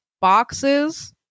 boxes